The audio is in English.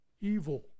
evil